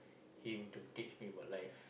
him to teach me about life